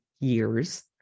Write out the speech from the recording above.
years